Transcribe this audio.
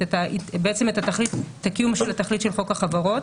בעצם את הקיום של התכלית של חוק החברות